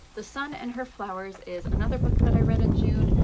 the sun and her flowers is another book that i read in june.